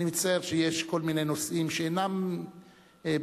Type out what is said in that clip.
אני מצטער שיש כל מיני נושאים שאינם באמת